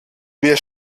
wir